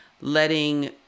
letting